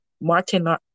Martin